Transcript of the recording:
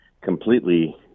completely